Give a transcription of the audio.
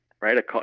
right